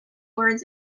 words